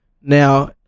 Now